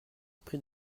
prix